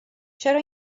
چرا